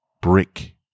Brick